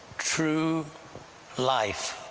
true life?